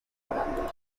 farándula